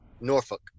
Norfolk